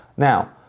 now,